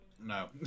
No